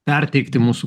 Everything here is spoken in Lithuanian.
perteikti mūsų